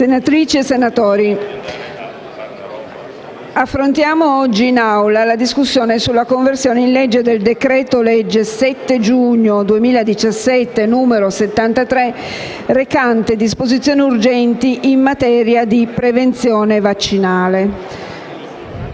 onorevoli senatori, affrontiamo oggi in Aula la discussione sulla conversione in legge del decreto-legge 7 giugno 2017, numero 73, recante disposizioni urgenti in materia di prevenzione vaccinale.